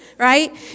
right